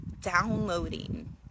downloading